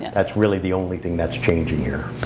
and that's really the only thing that's changing here.